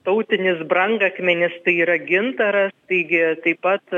tautinis brangakmenis tai yra gintaras taigi taip pat